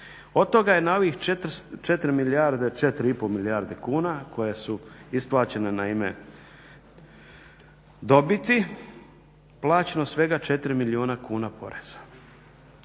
Od toga je na ovih 4,5 milijarde kuna koje su isplaćene na ime dobiti plaćeno svega 4 milijuna kuna poreza